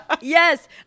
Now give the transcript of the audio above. yes